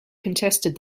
contested